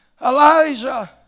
Elijah